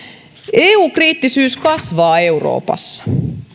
eu kriittisyys kasvaa euroopassa